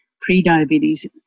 pre-diabetes